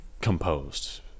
composed